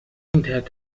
انتهت